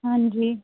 ਹਾਂਜੀ